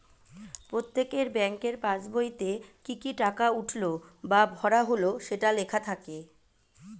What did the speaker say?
প্রত্যেকের ব্যাংকের পাসবইতে কি কি টাকা উঠলো বা ভরা হলো সেটা লেখা থাকে